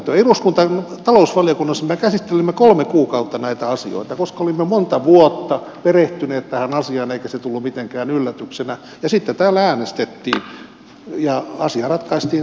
eduskunnan talousvaliokunnassa me käsittelimme kolme kuukautta näitä asioita koska olimme monta vuotta perehtyneet tähän asiaan eikä se tullut mitenkään yllätyksenä ja sitten täällä äänestettiin ja asia ratkaistiin silloin sillä